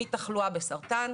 מתחלואה בסרטן,